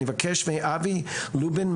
אני מבקש מאבי לובין,